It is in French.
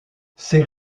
ces